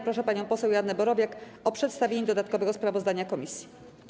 Proszę panią poseł Joannę Borowiak o przedstawienie dodatkowego sprawozdania komisji.